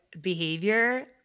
behavior